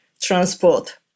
transport